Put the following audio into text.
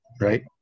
right